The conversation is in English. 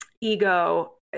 ego